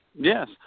Yes